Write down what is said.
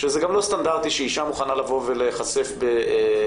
שזה גם לא סטנדרטי שאישה מוכנה לבוא ולהיחשף בשמה